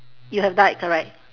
you have died correct